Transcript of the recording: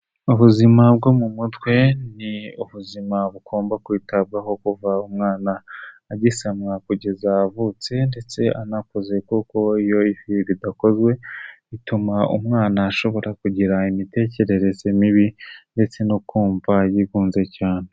Ubuzima bwo mu mutwe ni ubuzima bugomba kwitabwaho kuva umwana agisamwa kugeza avutse ndetse anakuze kuko iyo ibyo bidakozwe bituma umwana ashobora kugira imitekerereze mibi ndetse no kumva yigunze cyane.